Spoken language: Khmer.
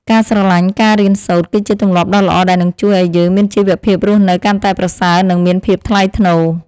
ការស្រឡាញ់ការរៀនសូត្រ គឺជាទម្លាប់ដ៏ល្អដែលនឹងជួយឱ្យយើងមានជីវភាពរស់នៅកាន់តែប្រសើរនិងមានភាពថ្លៃថ្នូរ។